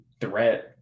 threat